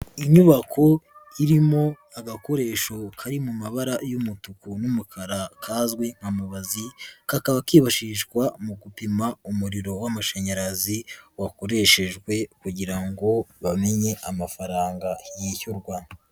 Inyubako irimo agakoresho kari mu mabara y'umutuku n'umukara kazwi nka mubazi, kakaba kifashishwa mu gupima umuriro w'amashanyarazi wakoreshejwe kugira ngo bamenye amafaranga yishyurwa.